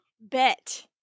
bet